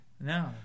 No